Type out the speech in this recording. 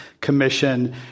Commission